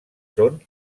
són